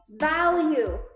value